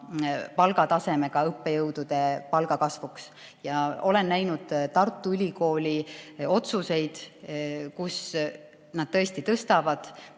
palgatasemega õppejõudude palka tõsta. Ma olen näinud Tartu Ülikooli otsuseid, et nad tõstavad